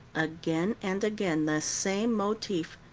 again and again the same motif,